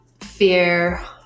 fear